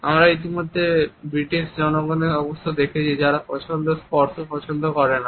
আমরা ইতিমধ্যেই ব্রিটিশ জনগণের অবস্থা দেখেছি যারা স্পর্শ পছন্দ করে না